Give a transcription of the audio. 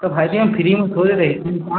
कि भाइजी हम फ्रीमे थोड़े रहैत छी